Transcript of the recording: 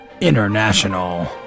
International